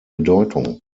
bedeutung